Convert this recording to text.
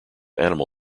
animal